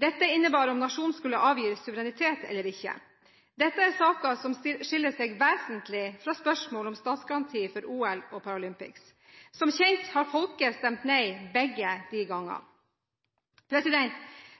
Dette innebar om nasjonen skulle avgi suverenitet eller ikke. Dette er saker som skiller seg vesentlig fra spørsmålet om statsgaranti for OL og Paralympics. Som kjent har folket stemt nei begge gangene.